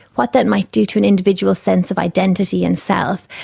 what that might do to an individual's sense of identity and self.